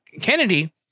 Kennedy